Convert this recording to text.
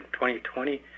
2020